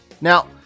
Now